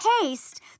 taste